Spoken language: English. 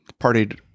partied